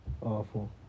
Awful